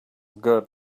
good